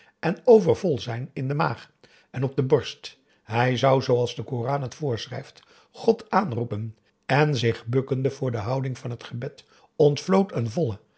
en overvol zijn in de maag en op de borst hij zou zooals de koran het voorschrijft god aanroepen en zich bukkende voor de houding van het gebed ontvlood een volle